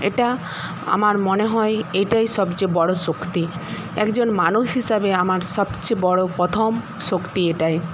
এটা আমার মনে হয় এটাই সবচেয়ে বড় শক্তি একজন মানুষ হিসাবে আমার সবচেয়ে বড় প্রথম শক্তি এটাই